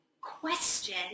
question